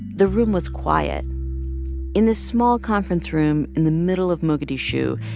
the room was quiet in this small conference room in the middle of mogadishu,